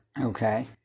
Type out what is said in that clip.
Okay